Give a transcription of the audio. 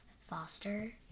foster